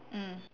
mm